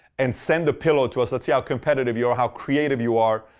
and send the pillow to us. let's see how competitive you are, how creative you are,